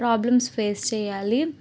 problems face చెయ్యాలి